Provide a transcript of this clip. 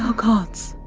ah gods.